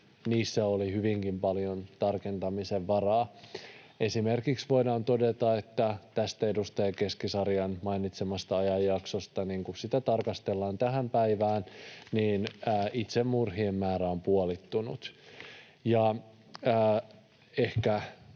niissä oli hyvinkin paljon tarkentamisen varaa. Esimerkiksi voidaan todeta, että tästä edustaja Keskisarjan mainitsemasta ajanjaksosta, kun sitä tarkastellaan, tähän päivään itsemurhien määrä on puolittunut,